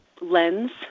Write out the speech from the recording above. lens